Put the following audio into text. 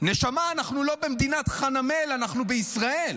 נשמה, אנחנו לא במדינת חנמאל, אנחנו בישראל,